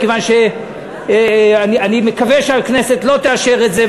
מכיוון שאני מקווה שהכנסת לא תאשר את זה,